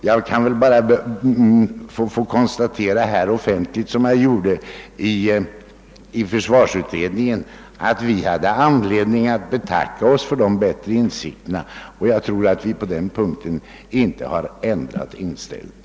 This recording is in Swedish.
Jag vill nu endast offentligt framhålla — vilket jag gjorde även i försvarsutredningen — att vi hade anledning att betacka oss för dessa bättre insikter. Vi har på denna punkt inte ändrat inställning.